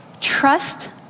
Trust